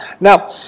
Now